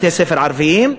בתי-ספר ערביים,